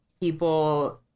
people